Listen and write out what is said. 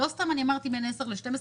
לא סתם אמרתי: בין 10 ל-12.